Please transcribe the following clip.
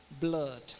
blood